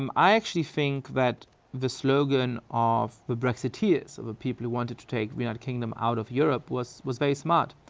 um i actually think that the slogan of the brexiteers, of a people who wanted to take the united kingdom out of europe was was very smart.